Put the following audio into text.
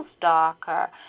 darker